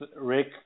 Rick